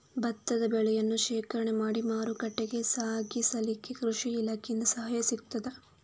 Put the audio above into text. ಭತ್ತದ ಬೆಳೆಯನ್ನು ಶೇಖರಣೆ ಮಾಡಿ ಮಾರುಕಟ್ಟೆಗೆ ಸಾಗಿಸಲಿಕ್ಕೆ ಕೃಷಿ ಇಲಾಖೆಯಿಂದ ಸಹಾಯ ಸಿಗುತ್ತದಾ?